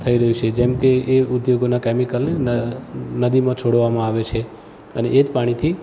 થઈ રહ્યું છે જેમ કે એ ઉદ્યોગોના કૅમિકલ ન નદીમાં છોડવામાં આવે છે અને એ જ પાણીથી